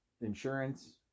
insurance